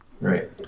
right